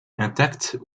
intactes